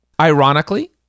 Ironically